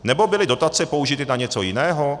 Nebo byly dotace použity na něco jiného?